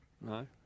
No